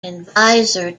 advisor